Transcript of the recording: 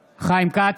כץ,